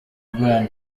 bryan